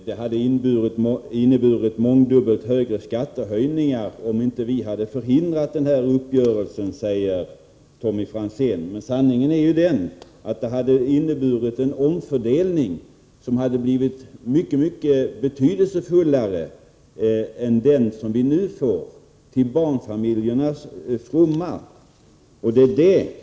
Fru talman! Det hade blivit mångdubbelt högre skattehöjningar om vi inte hade förhindrat uppgörelsen, säger Tommy Franzén. Men sanningen är att det hade blivit en mycket mer betydelsefull omfördelning till barnfamiljernas fromma då än den som vi nu får.